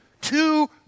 Two